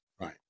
right